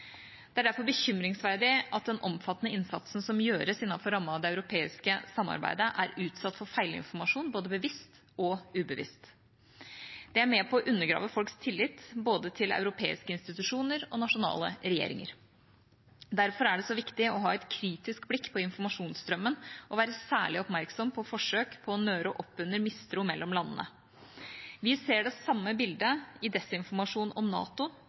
Det er derfor bekymringsfullt at den omfattende innsatsen som gjøres innenfor rammen av det europeiske samarbeidet, er utsatt for feilinformasjon – både bevisst og ubevisst. Det er med på å undergrave folks tillit både til europeiske institusjoner og nasjonale regjeringer. Derfor er det så viktig å ha et kritisk blikk på informasjonsstrømmen og være særlig oppmerksom på forsøk på å nøre opp under mistro mellom landene. Vi ser det samme bildet i desinformasjonen om NATO,